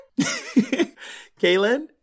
Kaylin